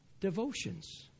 devotions